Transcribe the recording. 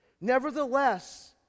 nevertheless